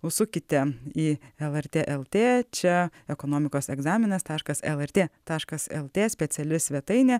užsukite į lrt lt čia ekonomikos egzaminas taškas lrt taškas lt speciali svetainė